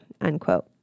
unquote